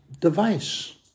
device